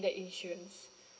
that insurance